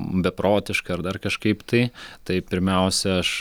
beprotiška ar dar kažkaip tai tai pirmiausia aš